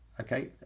Okay